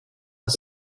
are